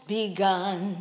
begun